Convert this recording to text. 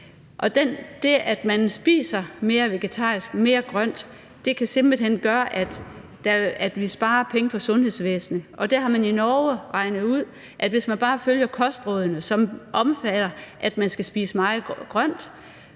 Og det, at man spiser mere vegetarisk, mere grønt, kan simpelt hen gøre, at vi sparer penge på sundhedsvæsenet. Og der har man i Norge regnet ud, at hvis man bare følger kostrådene, som omfatter, at man skal spise meget grønt,